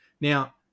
Now